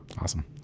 Awesome